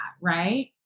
right